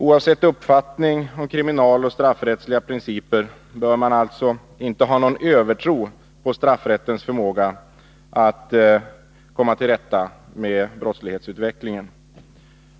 Oavsett uppfattning och kriminaloch straffrättsliga principer bör man alltså inte ha någon övertro på straffrättens förmåga att komma till rätta med brottslighetsutvecklingen.